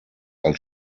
als